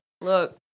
Look